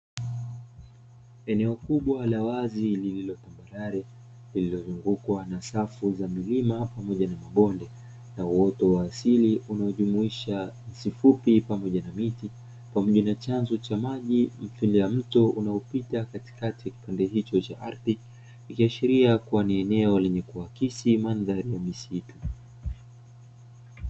Eneo kubwa la wazi, lililotambarare lililozungukwa na safu za milima pamoja na mabonde, na uoto wa asili unaojumuisha nyasi fupi pamoja na miti, pamoja na chanzo cha maji mithili ya mto unaopita katikati ya kipande hicho cha ardhi, ikiashiria kuwa ni eneo lenye kuakisi mandhari ya misitu.